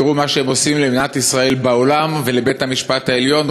תראו מה שהם עושים למדינת ישראל בעולם ולבית-המשפט העליון,